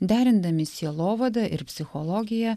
derindami sielovadą ir psichologiją